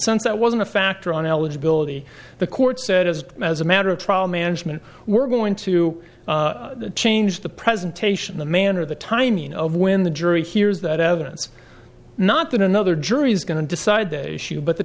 since that wasn't a factor on eligibility the court said as as a matter of trial management we're going to change the presentation the manner the timing of when the jury hears that evidence not that another jury's going to decide the issue but the